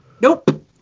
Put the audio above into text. Nope